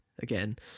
again